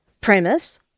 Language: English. premise